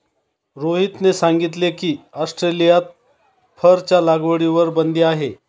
रोहितने सांगितले की, ऑस्ट्रेलियात फरच्या लागवडीवर बंदी आहे